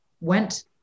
went